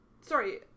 Sorry